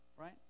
right